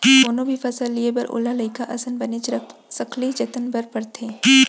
कोनो भी फसल लिये बर ओला लइका असन बनेच सखले जतने बर परथे